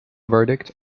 verdict